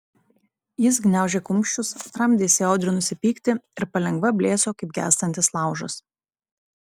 jis gniaužė kumščius tramdė įsiaudrinusį pyktį ir palengva blėso kaip gęstantis laužas